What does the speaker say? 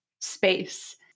space